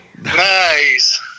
Nice